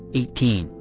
eighteen,